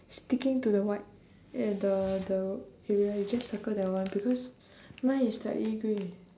sticking to the white at the the area you just circle that one because mine is slightly grey